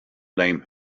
blame